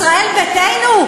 ישראל ביתנו,